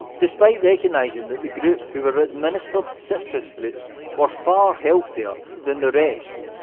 despite recognising that the group who were administered citrus fruits were far healthier than the rest,